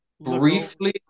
briefly